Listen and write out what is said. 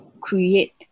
create